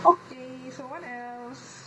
okay so what else